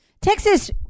Texas